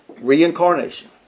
reincarnation